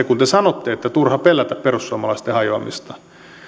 kun te sanotte että on turha pelätä perussuomalaisten hajoamista